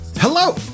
Hello